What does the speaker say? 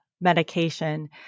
medication